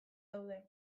daude